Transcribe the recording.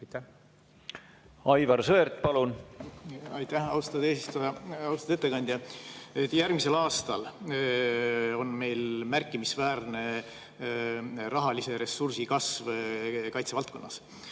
Aivar Sõerd, palun! Aitäh, austatud eesistuja! Austatud ettekandja! Järgmisel aastal on meil märkimisväärne rahalise ressursi kasv kaitsevaldkonnas.